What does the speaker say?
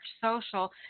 social